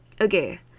Okay